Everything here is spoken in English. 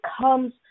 comes